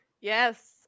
Yes